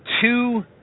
two